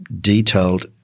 detailed